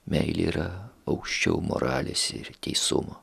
meilė yra aukščiau moralės ir teisumo